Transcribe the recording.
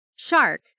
Shark